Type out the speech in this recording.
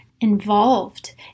involved